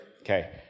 Okay